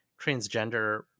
transgender